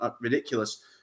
ridiculous